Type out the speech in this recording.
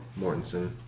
Mortensen